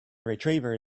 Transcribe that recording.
retriever